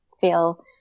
feel